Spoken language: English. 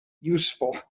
useful